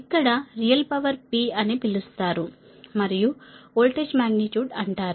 ఇక్కడ real power P అని పిలుస్తారు మరియు వోల్టేజ్ మాగ్నిట్యూడ్ అంటారు